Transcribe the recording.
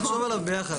נחשוב עליו ביחד.